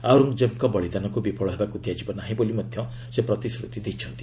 ଆଉରଙ୍ଗ୍ଜେବ୍ଙ୍କ ବଳିଦାନକୁ ବିଫଳ ହେବାକୁ ଦିଆଯିବ ନାହିଁ ବୋଲି ସେ ମଧ୍ୟ ପ୍ରତିଶ୍ରତି ଦେଇଥିଲେ